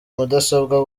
mudasobwa